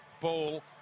ball